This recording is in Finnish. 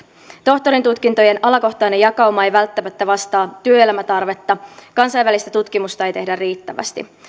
tohtorin tutkintojen alakohtainen jakauma ei välttämättä vastaa työelämätarvetta kansainvälistä tutkimusta ei tehdä riittävästi